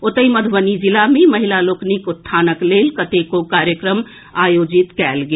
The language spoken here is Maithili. ओतहि मधुबनी जिला मे महिला लोकनिक उत्थानक लेल कतेको कार्यक्रम आयोजित कयल गेल